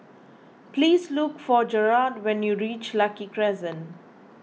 please look for Gearld when you reach Lucky Crescent